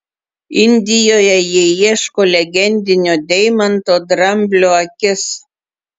indijoje jie ieško legendinio deimanto dramblio akis